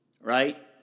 Right